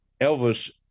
Elvis –